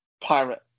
pirate